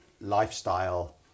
lifestyle